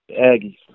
Aggies